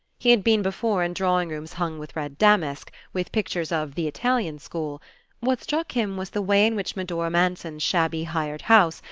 he had been before in drawing-rooms hung with red damask, with pictures of the italian school what struck him was the way in which medora manson's shabby hired house,